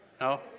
No